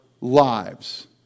lives